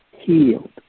healed